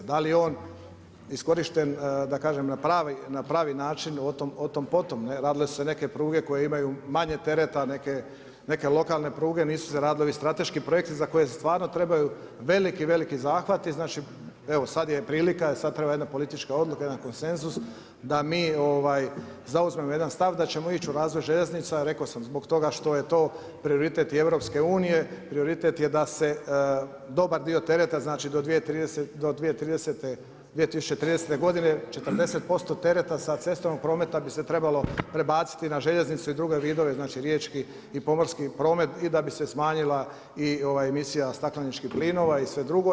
Da li je on iskorišten da kažem na pravi način o tom potom, radile su se neke pruge koje imaju manje tereta, neke lokalne pruge nisu se radile, ovi strateški projekti za koje stvarno trebaju veliki, veliki zahvati, znači evo sada je prilika, sada treba jedna politička odluka, jedan konsenzus da im zauzmemo jedan stav da ćemo ići u razvoj željeznica, rekao sam, zbog toga što je to prioritet i EU, prioritet je da se dobar dio tereta znači do 2030. godine 40% tereta sa cestovnog prometa bi se trebalo prebaciti na željeznicu i druge vidove, znači riječki i pomorski promet i da bi se smanjila i misija stakleničkih plinova i sve drugo.